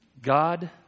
God